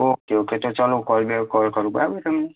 okay okay તો ચાલો call બે કોલ કરું બરાબર તમને